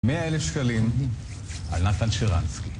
מאה אלף שקלים על נתן שירנסקי